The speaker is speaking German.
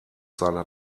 seiner